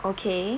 okay